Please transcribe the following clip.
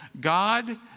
God